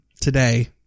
today